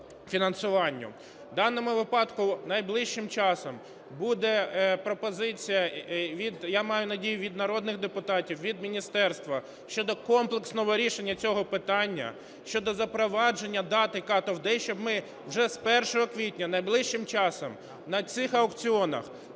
В даному випадку найближчим часом буде пропозиція від, я маю надію, від народних депутатів, від міністерства щодо комплексного рішення цього питання щодо запровадження дати cut-off date, щоб ми вже з 1 квітня найближчим часом на цих аукціонах